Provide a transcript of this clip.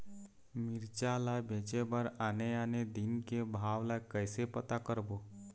मिरचा ला बेचे बर आने आने दिन के भाव ला कइसे पता करबो?